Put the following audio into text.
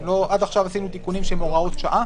עד עכשיו עשינו תיקונים שהם הוראות שעה